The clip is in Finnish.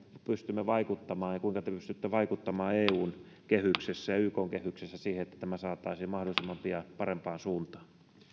pystymme vaikuttamaan ja kuinka te pystytte vaikuttamaan eun kehyksessä ja ykn kehyksessä siihen että tämä saataisiin mahdollisimman pian parempaan suuntaan